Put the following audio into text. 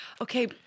Okay